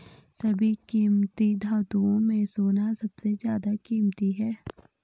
सभी कीमती धातुओं में सोना सबसे ज्यादा कीमती है